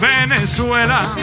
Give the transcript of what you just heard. Venezuela